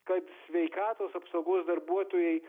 kad sveikatos apsaugos darbuotojai